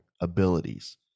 abilities